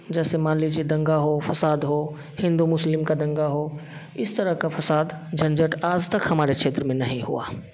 जैसे मान लिजिए दँगा हो फ़साद हो हिन्दू मुस्लिम का दँगा हो इस तरह का फ़साद झंझट आज तक हमारे क्षेत्र में नहीं हुआ